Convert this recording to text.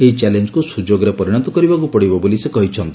ଏହି ଚ୍ୟାଲେଅକୁ ସୁଯୋଗରେ ପରିଶତ କରିବାକୁ ପଡିବ ବୋଲି ସେ କହିଛନ୍ତି